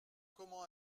comment